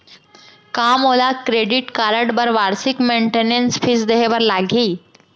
का मोला credit card बर वार्षिक मेंटेनेंस फीस देहे बर लागही?